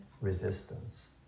resistance